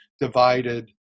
divided